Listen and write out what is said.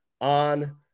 on